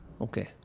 Okay